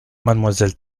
mademoiselle